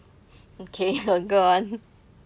okay go on